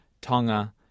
Tonga